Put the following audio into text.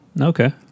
Okay